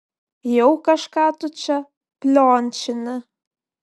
jau kažką tu čia pliončini